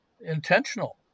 intentional